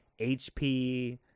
HP